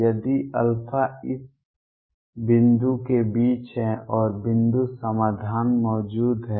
यदि α इस बिंदु के बीच है और बिंदु समाधान मौजूद है